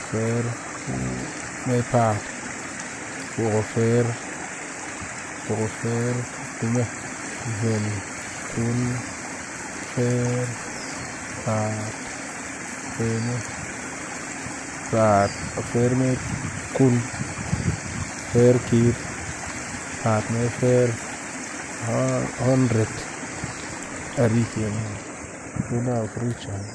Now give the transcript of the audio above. Fire ko kume paat, poko fire ku kume, vel kun fire paat peme paat fire me kun fire tit paat me fire hundred dari ken ken. hunderd ken nan.